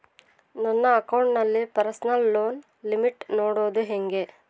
ನನ್ನ ಅಕೌಂಟಿನಲ್ಲಿ personal loan limit ನೋಡದು ಹೆಂಗೆ?